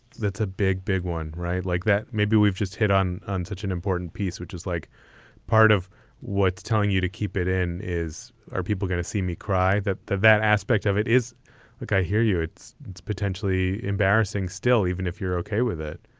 that's a big, big one. right? like that. maybe we've just hit on on such an important piece, which is like part of what's telling you to keep it in is are people going to see me cry that that that aspect of it is like, i hear you. it's potentially embarrassing still, even if you're okay with it